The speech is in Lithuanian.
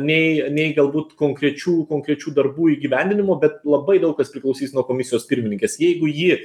nei nei galbūt konkrečių konkrečių darbų įgyvendinimo bet labai daug kas priklausys nuo komisijos pirmininkės jeigu ji